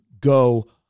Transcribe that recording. go